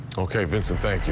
ok vincent thank